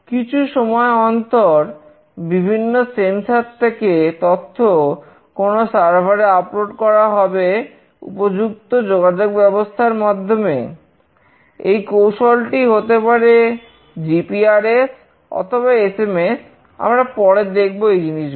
কিছু সময় অন্তর বিভিন্ন সেন্সার থেকে তথ্য কোন সার্ভার আমরা পরে দেখব এই জিনিসগুলো